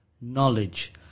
knowledge